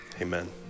amen